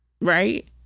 right